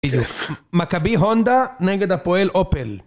מכבי הונדה, נגד הפועל אופל